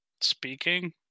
speaking